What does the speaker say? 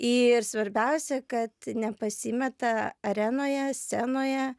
ir svarbiausia kad nepasimeta arenoje scenoje